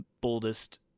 boldest